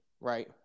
right